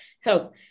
help